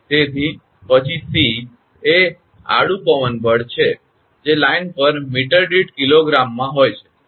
તેથી પછી સી એ આડુ પવન બળ છે જે લાઇન પર મીટર દીઠ કિલોગ્રામમાં હોય છે